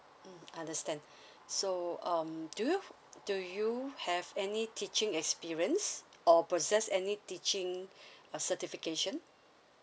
mm understand so um do you do you have any teaching experience or possess any teaching a certification